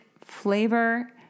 flavor